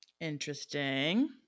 Interesting